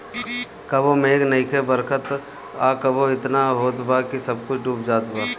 कबो मेघ नइखे बरसत आ कबो एतना होत बा कि सब कुछो डूब जात बा